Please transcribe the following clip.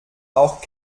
auch